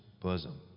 bosom